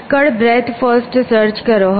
પુષ્કળ breadth first search કરો